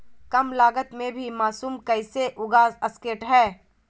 कम लगत मे भी मासूम कैसे उगा स्केट है?